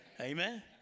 Amen